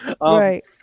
Right